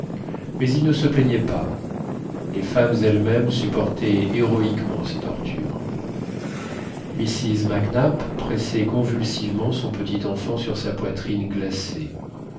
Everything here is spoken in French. mais ils ne se plaignaient pas les femmes elles-mêmes supportaient héroïquement ces tortures mrs mac nap pressait convulsivement son petit enfant sur sa poitrine glacée